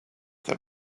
that